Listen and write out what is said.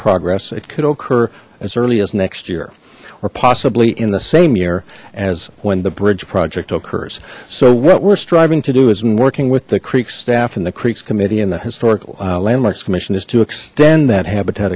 progress it could occur as early as next year or possibly in the same year as when the bridge project occurs so what we're striving to do is been working with the creek staff and the creeks committee and the historical landmarks commission is to extend that habitat